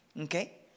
Okay